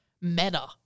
meta